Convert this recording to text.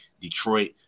Detroit